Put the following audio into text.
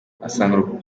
asanga